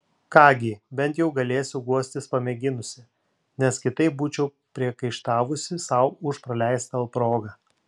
ką gi bent jau galėsiu guostis pamėginusi nes kitaip būčiau priekaištavusi sau už praleistą progą